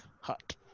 hot